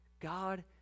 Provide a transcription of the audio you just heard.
God